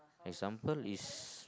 example is